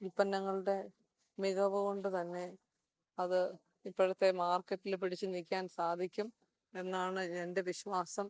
ഉൽപ്പന്നങ്ങളുടെ മികവുകൊണ്ടുതന്നെ അത് ഇപ്പോഴത്തെ മാർക്കറ്റിൽ പിടിച്ചു നിൽക്കാൻ സാധിക്കും എന്നാണ് എൻ്റെ വിശ്വാസം